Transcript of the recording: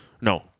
no